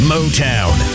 Motown